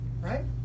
Right